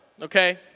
okay